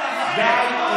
די.